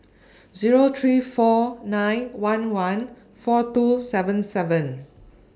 Zero three four nine one one four two seven seven